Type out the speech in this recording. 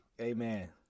Amen